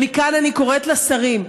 ומכאן אני קוראת לשרים,